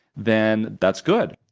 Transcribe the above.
then that's good.